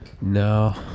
No